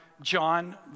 John